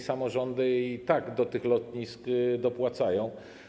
Samorządy i tak do tych lotnisk dopłacają.